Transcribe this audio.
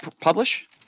publish